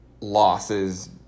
losses